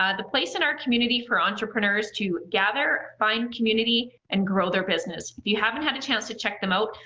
ah the place in our community for entrepreneurs to gather, find community and grow their business. if you haven't had a chance to check them out,